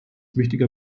wichtiger